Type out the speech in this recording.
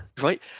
Right